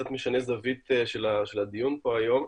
קצת משנה זווית של הדיון פה היום.